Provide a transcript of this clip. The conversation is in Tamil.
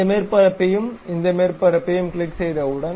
இந்த மேற்பரப்பையும் இந்த மேற்பரப்பையும் கிளிக் செய்தவுடன்